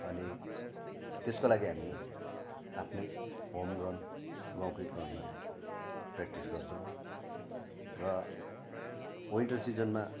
अनि त्यसको लागि हामी आफ्नै होम ग्राउन्ड गाउँकै ग्राउनमा प्रेक्टिस गर्छौँ र विन्टर सिजनमा